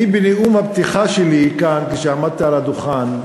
אני, בנאום הפתיחה שלי כאן, כשעמדתי על הדוכן,